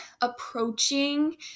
approaching